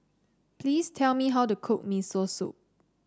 please tell me how to cook Miso Soup